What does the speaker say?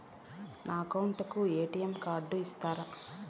నా అకౌంట్ కు ఎ.టి.ఎం కార్డును ఇస్తారా